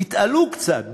תתעלו קצת,